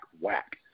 whack